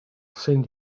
send